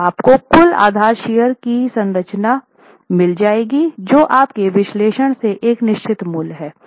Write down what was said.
तो आपको कुल आधार शियर कि संरचना मिल जाएगी जो आपके विश्लेषण से एक निश्चित मूल्य है